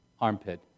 armpit